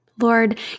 Lord